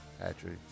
Patrick